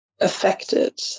affected